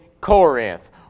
Corinth